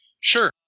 Sure